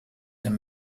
dem